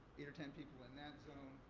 eight or ten people in that zone,